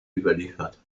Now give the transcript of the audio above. überliefert